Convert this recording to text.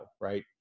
right